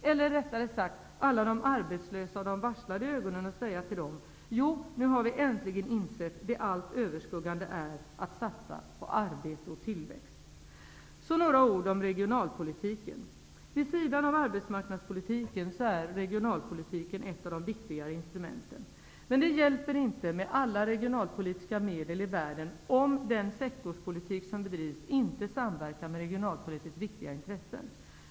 Eller rättare sagt: se de arbetslösa och de varslade i ögonen och säga till dem: Jo, vi har äntligen insett att det allt överskuggande nu är att satsa på arbete och tillväxt. Så några ord om regionalpolitiken. Vid sidan av arbetsmarknadspolitiken är regionalpolitiken ett av de viktigare instrumenten. Men det hjälper inte med alla regionalpolitiska medel i världen, om den sektorspolitik som bedrivs inte samverkar med regionalpolitiskt viktiga intressen.